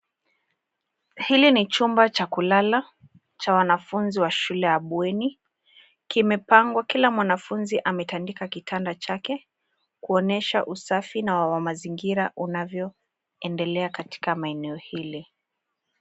Hili ni chumba cha kulala cha wanafunzi wa shule ya bweni. Kimepangwa; kila mwanafunzi ametandika kitanda chake, kuonyesha usafi wa mazingira unavyoendelea katika maeneo yale.